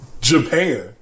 Japan